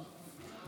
למה?